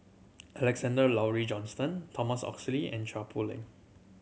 Alexander Laurie Johnston Thomas Oxley and Chua Poh Leng